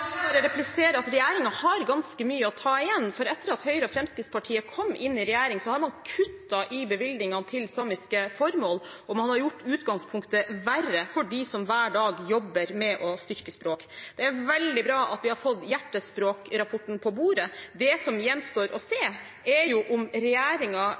replisere at regjeringen har ganske mye å ta igjen, for etter at Høyre og Fremskrittspartiet kom inn i regjering, har man kuttet i bevilgningene til samiske formål, og man har gjort utgangspunktet verre for dem som hver dag jobber med å styrke språket. Det er veldig bra at vi har fått Hjertespråk-rapporten på bordet. Det som gjenstår å se,